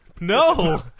No